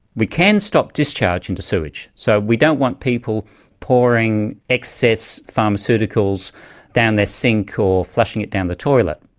we can stop discharge into sewage so we don't want people pouring excess pharmaceuticals down their sink or flushing it down the toilet.